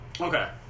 Okay